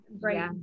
Great